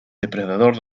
depredador